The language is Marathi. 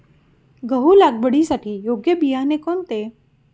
गहू लागवडीसाठी योग्य बियाणे कोणते?